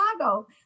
Chicago